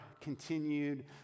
continued